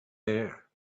hair